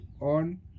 on